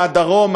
מהדרום,